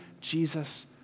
Jesus